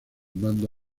mando